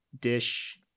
dish